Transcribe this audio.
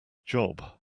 job